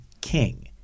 king